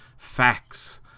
Facts